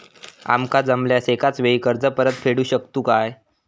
आमका जमल्यास एकाच वेळी कर्ज परत फेडू शकतू काय?